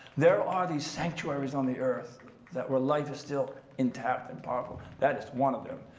there are these sanctuaries on the earth that where life is still intact and powerful. that is one of them,